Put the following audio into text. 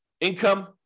Income